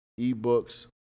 ebooks